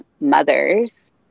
mothers